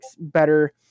better